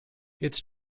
its